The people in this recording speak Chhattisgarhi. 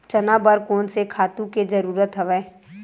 चना बर कोन से खातु के जरूरत हवय?